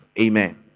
Amen